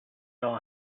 saw